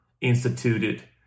instituted